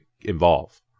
involve